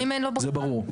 זה ברור.